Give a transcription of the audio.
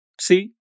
see